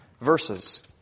verses